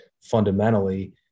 fundamentally